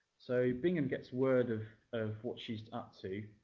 so bingham gets word of of what she's up to.